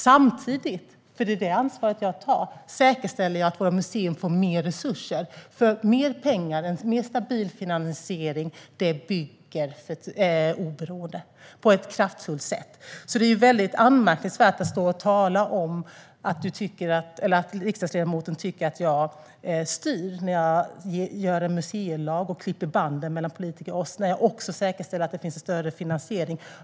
Samtidigt, och det är det ansvar jag tar, säkerställer jag att våra museer får mer resurser. Mer pengar och mer stabil finansiering bygger oberoende på ett kraftfullt sätt. Det är väldigt anmärkningsvärt att riksdagsledamoten tycker att jag styr när jag gör en museilag och klipper banden till oss politiker och också säkerställer att det finns en större finansiering.